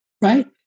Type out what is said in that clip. Right